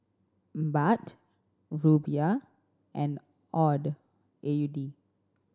Baht Rupiah and AUD A U D